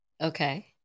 okay